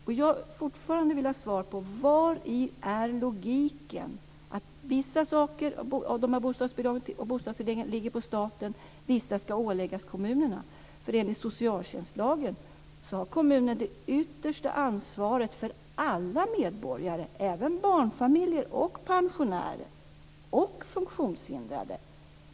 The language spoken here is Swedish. Jag vill fortfarande ha svar på frågan: Var är logiken i att vissa av dessa bostadsbidrag och bostadstillägg ligger på staten och att vissa ska åläggas kommunerna? Enligt socialtjänstlagen har kommunen det yttersta ansvaret för alla medborgare, även barnfamiljer, pensionärer och funktionshindrade.